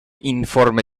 informe